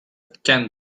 candle